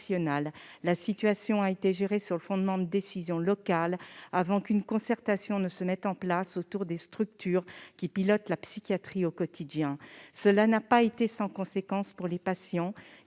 la situation a été gérée sur le fondement de décisions locales, avant qu'une concertation ne se mette en place autour des structures qui pilotent la psychiatrie au quotidien. Cela n'a pas été sans conséquence pour les patients